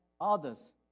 others